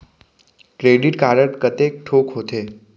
Credit card कतेक ठोक होथे?